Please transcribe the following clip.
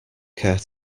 care